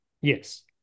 Yes